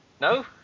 No